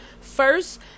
first